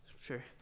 Sure